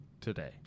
Today